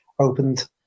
opened